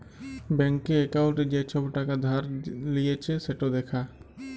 ব্যাংকে একাউল্টে যে ছব টাকা ধার লিঁয়েছে সেট দ্যাখা